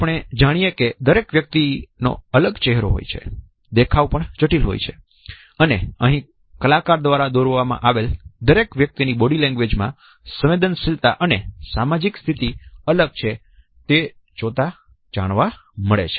આપણે જાણીએ છીએ કે દરેક વ્યક્તિનો ચહેરો અલગ હોય છે દેખાવ પણ જટિલ હોય છે અને અહીં કલાકાર દ્વારા દોરવામાં આવેલા દરેક વ્યક્તિની બોડી લેંગ્વેજ માં સંવેદનશીલતા અને સામાજિક સ્થિતિ અલગ છે તે જોતા જાણવા મળે છે